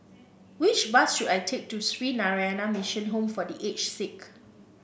which bus should I take to Sree Narayana Mission Home for The Aged Sick